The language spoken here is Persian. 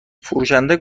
فروشنده